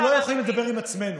אנחנו לא יכולים לדבר עם עצמנו.